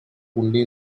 only